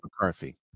McCarthy